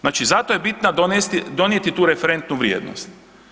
Znači zato je bitna donijeti tu referentnu vrijednost.